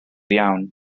iawn